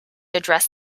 address